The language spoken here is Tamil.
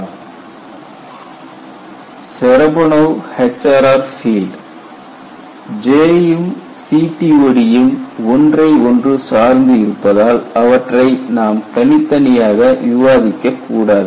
Cherepanov HRR Field Cherepanov HRR field J ம் CTOD ம் ஒன்றை ஒன்று சார்ந்து இருப்பதால் அவற்றை நாம் தனித்தனியாக விவாதிக்க கூடாது